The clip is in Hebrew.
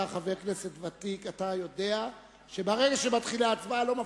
אתה חבר כנסת ותיק ואתה יודע שברגע שמתחילה הצבעה לא מפריעים,